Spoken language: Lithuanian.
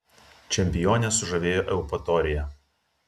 čempionę sužavėjo eupatorija